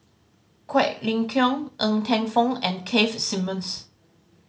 Quek Ling Kiong Ng Teng Fong and Keith Simmons